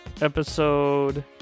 episode